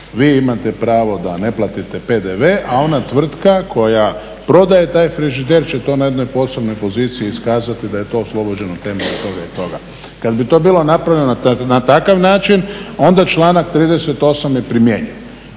vi imate pravo da ne platite PDV, a ona tvrtka koja prodaje taj frižider će to na jednoj posebnoj poziciji iskazati da je to oslobođeno temeljem toga i toga. Kada bi to bilo napravljeno na takav način onda članak 38.je primjenjiv.